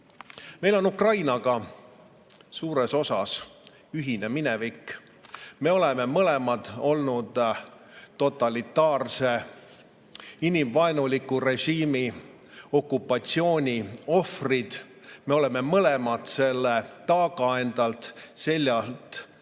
Meil on Ukrainaga suures osas ühine minevik. Me oleme mõlemad olnud totalitaarse inimvaenuliku režiimi okupatsiooni ohvrid. Me oleme mõlemad selle taaga enda seljalt